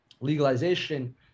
legalization